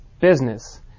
business